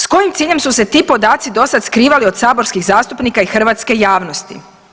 S kojim ciljem su se ti podaci do sada skrivali od saborskih zastupnika i hrvatske javnosti?